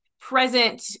present